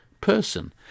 person